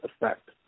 effect